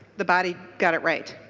the body got it right.